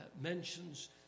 mentions